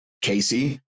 Casey